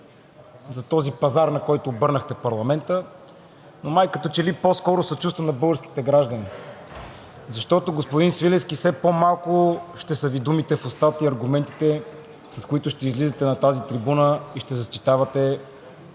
за този пазар, на който обърнахте парламента, но май като че ли по-скоро съчувствам на българските граждани, защото, господин Свиленски, все по-малко ще са Ви думите в устата и аргументите, с които ще излизате на тази трибуна и ще защитавате